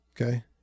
Okay